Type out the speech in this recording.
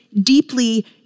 deeply